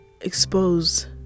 expose